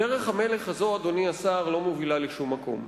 דרך המלך הזאת, אדוני השר, לא מובילה לשום מקום.